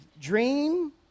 dream